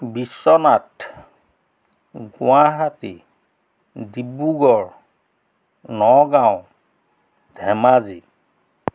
Biswanath Guwahati Dibrugarh Nagaon Dhemaji